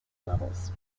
levels